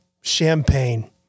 champagne